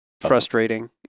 frustrating